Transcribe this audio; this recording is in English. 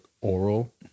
oral